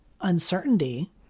uncertainty